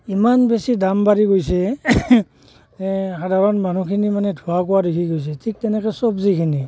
ইমান বেছি দাম বাঢ়ি গৈছে সাধাৰণ মানুহখিনি মানে ধোঁৱা কোঁৱা দেখি গৈছে ঠিক তেনেকৈ চব্জিখিনি